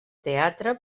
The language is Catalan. teatre